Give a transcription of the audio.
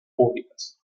públicas